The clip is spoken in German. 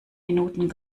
minuten